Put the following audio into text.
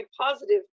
positive